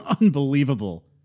Unbelievable